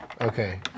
Okay